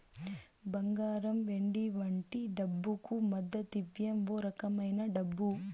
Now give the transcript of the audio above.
బంగారం వెండి వంటి డబ్బుకు మద్దతివ్వం ఓ రకమైన డబ్బు